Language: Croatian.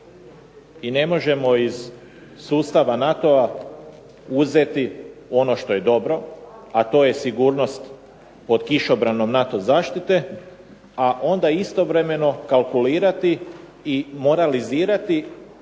i ne možemo iz sustava NATO-a uzeti ono što je dobro, a to je sigurnost pod kišobranom NATO zaštite, a onda istovremeno kalkulirati i moralizirati